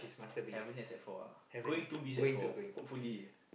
haven't yet sec-four ah going to be sec-four hopefully